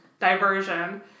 diversion